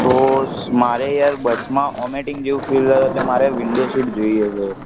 તો મારે યાર બસમાં ઓમેટીંગ જેવુ ફિલ થાય એટલે મારે વિન્ડો સીટ જોઈએ છે